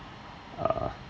uh